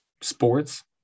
Sports